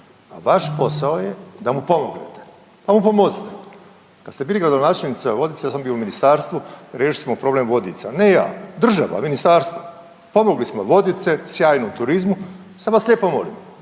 a vaš posao je da mu pomognete, pa mu pomozite. Kada ste bili gradonačelnica Vodica ja sam bio u ministarstvu riješili smo problem Vodica, ne ja, država, ministarstvo, pomogli smo Vodice sjajno u turizmu. Sad vas lijepo molim